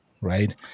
right